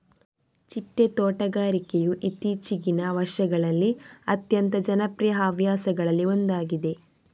ಚಿಟ್ಟೆ ತೋಟಗಾರಿಕೆಯು ಇತ್ತೀಚಿಗಿನ ವರ್ಷಗಳಲ್ಲಿ ಅತ್ಯಂತ ಜನಪ್ರಿಯ ಹವ್ಯಾಸಗಳಲ್ಲಿ ಒಂದಾಗಿದೆ